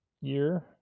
year